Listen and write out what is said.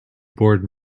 board